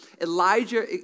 Elijah